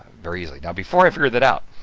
very easily. now before i figured that out,